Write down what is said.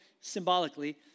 symbolically